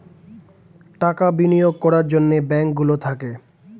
টাকা বিনিয়োগ করার জন্যে ব্যাঙ্ক গুলো থাকে